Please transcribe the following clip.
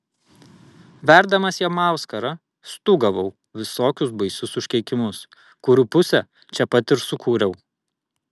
verdamas jam auskarą stūgavau visokius baisius užkeikimus kurių pusę čia pat ir sukūriau